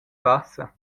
bassa